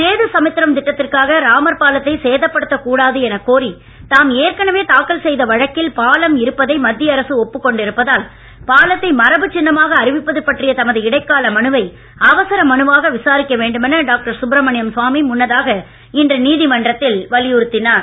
சேது சமுத்திரம் திட்டத்திற்காக ராமர் பாலத்தை சேதப்படுத்தக் கூடாது எனக் கோரி தாம் ஏற்கனவே தாக்கல் செய்த வழக்கில் பாலம் இருப்பதை மத்திய அரசு ஒப்புக் கொண்டு இருப்பதால் பாலத்தை மரபுச் சின்னமாக அறிவிப்பது பற்றிய தமது இடைக்கால மனுவை அவசர மனுவாக விசாரிக்க வேண்டுமென டாக்டர் சுப்பிரமணிய சுவாமி முன்னதாக இன்று நீதிமன்றத்தில் வலியுறுத்தினார்